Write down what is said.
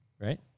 right